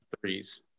threes